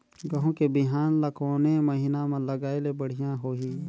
गहूं के बिहान ल कोने महीना म लगाय ले बढ़िया होही?